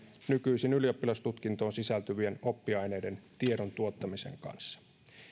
nykyisin ylioppilastutkintoon sisältyvien oppiaineiden tiedon tuottamisen kanssa